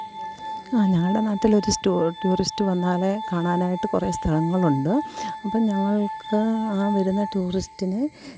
ആ ഞങ്ങളുടെ നാട്ടിൽ ഒരു ടൂറിസ്റ്റ് വന്നാൽ കാണാനായിട്ട് കുറേ സ്ഥലങ്ങളുണ്ട് അപ്പം ഞങ്ങള്ക്ക് ആ വരുന്ന ടൂറിസ്റ്റിന്